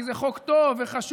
כי זה חוק טוב וחשוב,